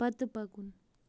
پتہٕ پَکُن